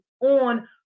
on